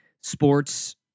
sports